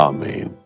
Amen